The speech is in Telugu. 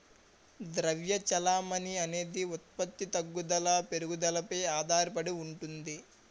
ద్రవ్య చెలామణి అనేది ఉత్పత్తి తగ్గుదల పెరుగుదలపై ఆధారడి ఉంటుంది